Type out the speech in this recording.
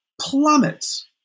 plummets